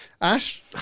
Ash